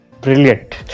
Brilliant